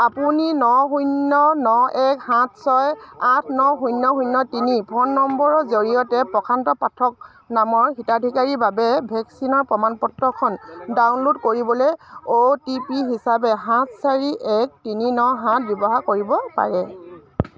আপুনি ন শূন্য ন এক সাত ছয় আঠ ন শূন্য শূন্য তিনি ফোন নম্বৰৰ জৰিয়তে প্ৰশান্ত পাঠক নামৰ হিতাধিকাৰীৰ বাবে ভেকচিনৰ প্ৰমাণ পত্ৰখন ডাউনলোড কৰিবলৈ অ' টি পি হিচাপে সাত চাৰি এক তিনি ন সাত ব্যৱহাৰ কৰিব পাৰে